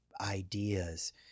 ideas